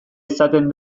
izaten